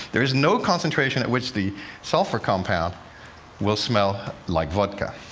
there is no concentration at which the sulfur compound will smell like vodka.